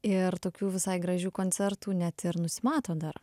ir tokių visai gražių koncertų net ir nusimato dar